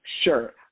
Sure